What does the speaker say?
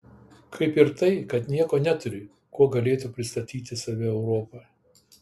kaip ir tai kad nieko neturi kuo galėtų pristatyti save europai